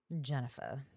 jennifer